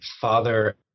father